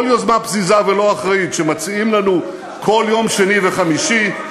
כל יוזמה פזיזה ולא אחראית שמציעים לנו כל שני וחמישי,